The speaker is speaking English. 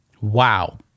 Wow